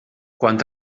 quant